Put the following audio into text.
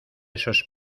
esos